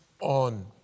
on